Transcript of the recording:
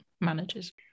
manages